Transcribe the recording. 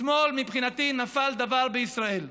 אתמול, מבחינתי, נפל דבר בישראל.